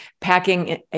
packing